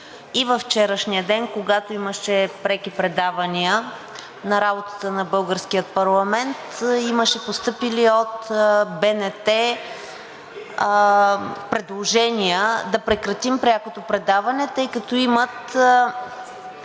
и във вчерашния ден, когато имаше преки предавания на работата на българския парламент, имаше постъпили от БНТ предложения да прекратим прякото предаване, тъй като имат